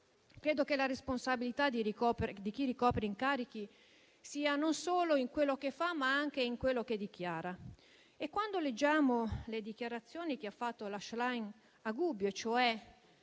Credo che la responsabilità di chi ricopre incarichi sia non solo in quello che fa, ma anche in quello che dichiara e quando leggiamo le dichiarazioni che ha rilasciato la Schlein a Gubbio, e cioè